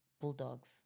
Bulldogs